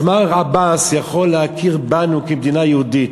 אז מר עבאס יכול להכיר בנו כמדינה יהודית,